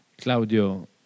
Claudio